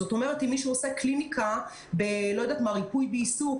זאת אומרת שאם מישהו עושה קליניקה בריפוי ועיסוק